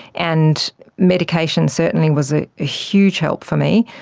and medication certainly was a ah huge help for me.